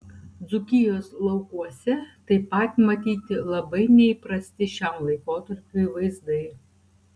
dzūkijos laukuose taip pat matyti labai neįprasti šiam laikotarpiui vaizdai